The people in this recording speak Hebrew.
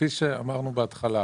כפי שאמרנו בהתחלה,